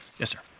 yes, sir.